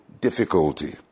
difficulty